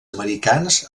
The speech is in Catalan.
americans